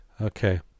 Okay